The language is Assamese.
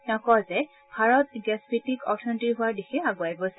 তেওঁ কয় যে ভাৰত গেছ ভিত্তিক অৰ্থনীতি হোৱাৰ দিশে আগুৱাই গৈছে